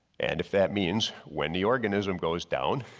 and if that means when the organism goes down,